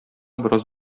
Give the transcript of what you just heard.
бераз